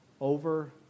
over